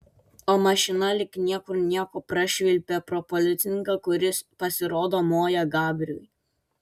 o mašina lyg niekur nieko prašvilpė pro policininką kuris pasirodo moja gabriui